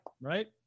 right